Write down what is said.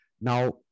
Now